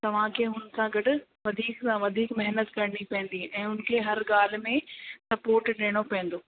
तव्हांखे हुनखां गॾु वधीक में वधीक महिनत करणी पवंदी ऐं उनखे हर ॻाल्हि में सपोर्ट ॾियणो पवंदो